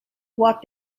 what